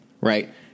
right